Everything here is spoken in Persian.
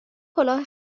کلاه